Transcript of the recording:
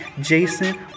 Jason